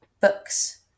books